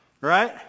right